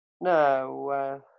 No